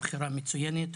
בחירה מצוינת.